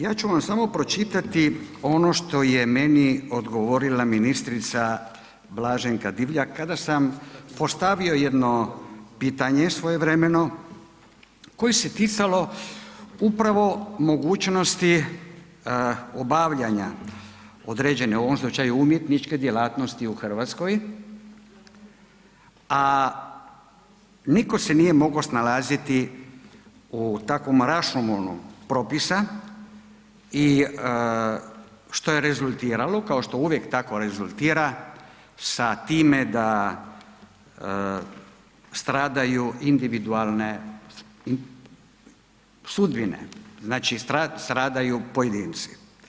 Ja ću vam samo pročitati ono što je meni odgovorila ministrica Blaženka Divjak kada sam postavio jedno pitanje svojevremeno, koje se ticalo upravo mogućnosti obavljanja određene, u ovom slučaju, umjetničke djelatnosti u RH, a nitko se nije mogao snalaziti u takvom … [[Govornik se ne razumije]] propisa i što je rezultiralo, kao što uvijek tako rezultira sa time da stradaju individualne sudbine, znači stradaju pojedinci.